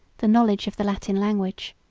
the knowledge of the latin language.